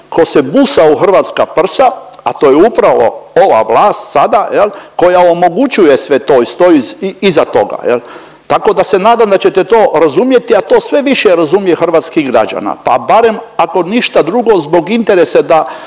tko se busa u hrvatska prsa, a to je upravo ova vlast sada jel, koja omogućuje sve to i stoji iza toga, jel. Tako da se nadam da ćete to razumjeti, a to sve više razumije hrvatskih građana pa barem ako ništa drugo zbog interesa da